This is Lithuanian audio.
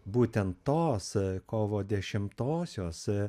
būtent tos kovo dešimtosios